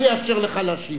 אני אאפשר לך להשיב.